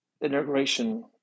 integration